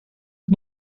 het